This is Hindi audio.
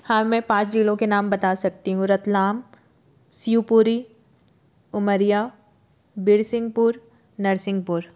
हाँ मैं पाँच जिलों के नाम बता सकती हूँ रतलाम शिवपुरी उमरिया बीरसिंघपुर नरसिंहपुर